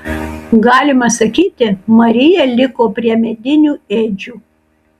galima sakyti marija liko prie medinių ėdžių